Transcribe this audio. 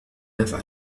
أفعل